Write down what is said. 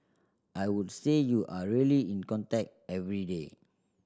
I would say you are really in contact every day